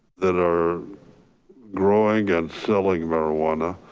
that are growing and selling marijuana?